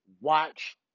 watch